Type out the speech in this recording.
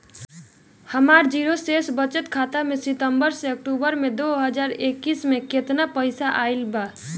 हमार जीरो शेष बचत खाता में सितंबर से अक्तूबर में दो हज़ार इक्कीस में केतना पइसा आइल गइल बा?